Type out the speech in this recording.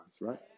right